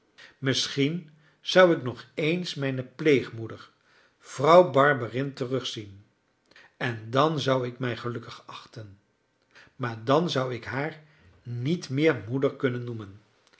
misschien zou ik nog eens mijne pleegmoeder vrouw barberin terugzien en dan zou ik mij gelukkig achten maar dan zou ik haar niet meer moeder kunnen noemen